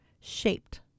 shaped